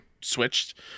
Switched